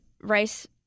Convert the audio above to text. rice